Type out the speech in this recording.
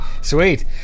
sweet